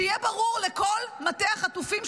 שיהיה ברור לכל מטה החטופים,